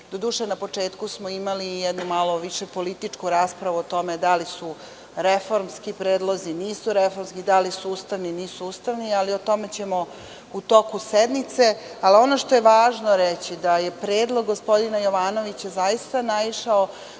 do duše na početku smo imali i jednu malo više političku raspravu o tome da li su reformski predlozi - nisu reformski, da li su ustavni – nisu ustavni, ali o tome ćemo u toku sednice. Ono što je važno reći da je predlog gospodina Jovanovića zaista naišao